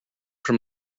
from